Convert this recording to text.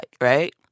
right